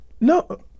No